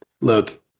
look